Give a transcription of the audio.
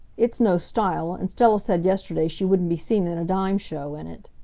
it's no style, and stella said yesterday she wouldn't be seen in a dime show in it.